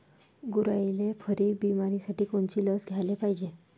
गुरांइले खुरी बिमारीसाठी कोनची लस द्याले पायजे?